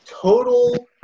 Total